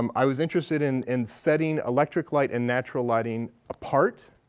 um i was interested in in setting electric light and natural lighting apart,